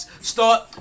Start